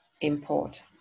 import